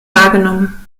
wahrgenommen